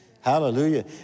Hallelujah